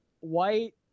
white